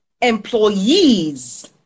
employees